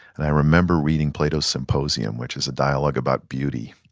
and i remember reading plato's symposium, which is a dialogue about beauty.